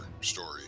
story